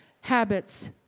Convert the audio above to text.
Habits